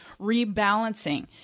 rebalancing